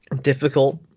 difficult